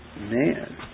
Man